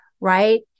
right